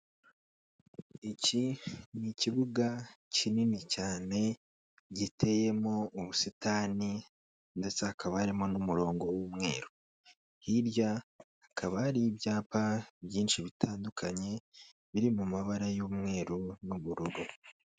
Iki ni ikibuga kinini cyane giteyemo ubusitani ndetse hakaba harimo n'umurongo w'umweru hirya hakaba hari ibyapa byinshi bitandukanye biri mu mabara y'umweru n'ubururu.